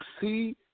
see